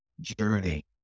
journey